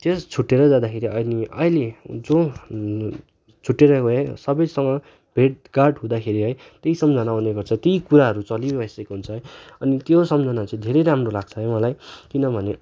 त्यस छुट्टिएर जाँदाखेरि अनि अहिले जो छुट्टिएर गयो सबैसँग भेटघाट हुँदाखेरि है ती सम्झना आउने गर्छ ती कुराहरू चलिबसेको हुन्छ है अनि त्यो सम्झाना चै धेरै राम्रो लाग्छ है मलाई किनभने